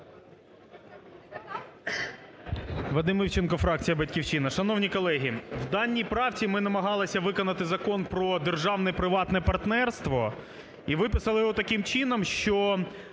Вадим Івченко, фракція "Батьківщина". Шановні колеги, в даній правці ми намагалися виконати Закон про державне приватне партнерство і виписали його таким чином, це